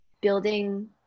building